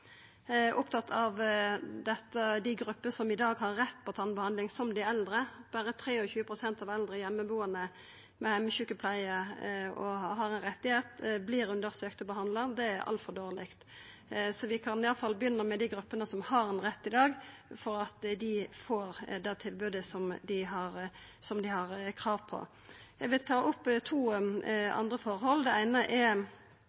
opptatt av dei gruppene som i dag har rett til tannbehandling, som dei eldre. Berre 23 pst. av eldre heimebuande med heimesjukepleie som har ein rett, vert undersøkt og behandla. Det er altfor dårleg. Så vi kan iallfall begynna med dei gruppene som har ein rett i dag, slik at dei får det tilbodet som dei har krav på. Eg vil ta opp to andre forhold. Det eine er